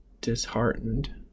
disheartened